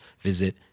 visit